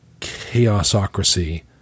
chaosocracy